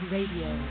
Radio